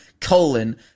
colon